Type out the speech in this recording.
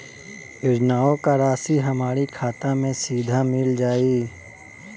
योजनाओं का राशि हमारी खाता मे सीधा मिल जाई?